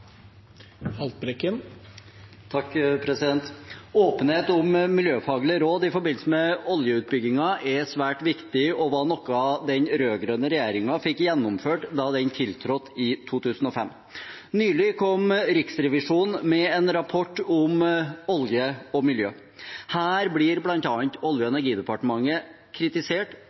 svært viktig, og var noe av det den rød-grønne regjeringen fikk gjennomført da den tiltrådte i 2005. Nylig kom Riksrevisjonen med en rapport om olje og miljø. Her blir bl.a. Olje- og energidepartementet kritisert